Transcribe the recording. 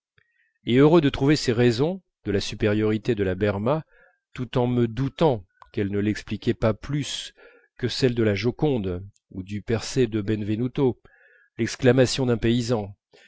et heureux de trouver ces raisons de la supériorité de la berma tout en me doutant qu'elles ne l'expliquaient pas plus que celle de la joconde ou du persée de benvenuto l'exclamation d'un paysan